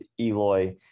Eloy